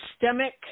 systemic